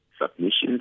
Submissions